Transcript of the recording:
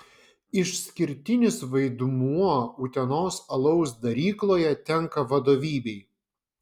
išskirtinis vaidmuo utenos alaus darykloje tenka vadovybei